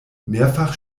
mehrfach